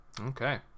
Okay